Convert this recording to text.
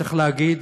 צריך להגיד